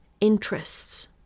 interests